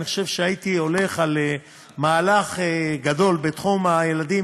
אני חושב שהייתי הולך על מהלך גדול בתחום הילדים,